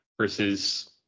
versus